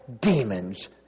demons